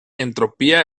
entropía